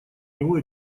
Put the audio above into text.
него